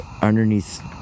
Underneath